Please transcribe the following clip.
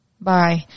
Bye